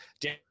Dan